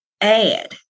add